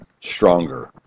stronger